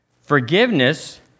Forgiveness